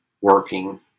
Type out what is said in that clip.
working